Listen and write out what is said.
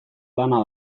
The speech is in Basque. lana